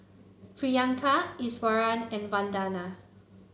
Priyanka Iswaran and Vandana